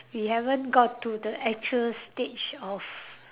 we haven't got to the actual stage of